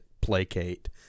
placate